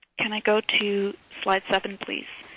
can i go to slide seven, please.